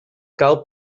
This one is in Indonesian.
kau